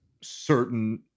certain